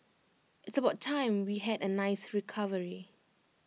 it's about time we had A nice recovery